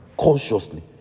consciously